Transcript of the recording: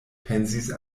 pensis